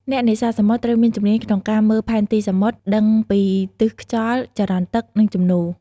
អ្នកនេសាទសមុទ្រត្រូវមានជំនាញក្នុងការមើលផែនទីសមុទ្រ ដឹងពីទិសខ្យល់ ចរន្តទឹក និងជំនោរ។